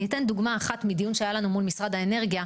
אני אתן דוגמא אחת מדיון שהיה לנו מול משרד האנרגיה,